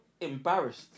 embarrassed